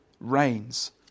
rains